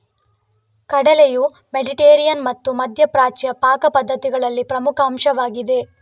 ಕಡಲೆಯು ಮೆಡಿಟರೇನಿಯನ್ ಮತ್ತು ಮಧ್ಯ ಪ್ರಾಚ್ಯ ಪಾಕ ಪದ್ಧತಿಗಳಲ್ಲಿ ಪ್ರಮುಖ ಅಂಶವಾಗಿದೆ